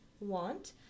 want